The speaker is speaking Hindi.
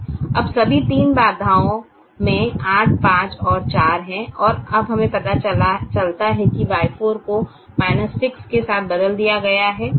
अब सभी तीन बाधाओं में 8 5 और 4 हैं और अब हमें पता चलता है कि Y4 को 6 के साथ बदल दिया गया है